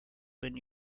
been